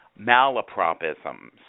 malapropisms